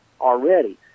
already